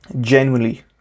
genuinely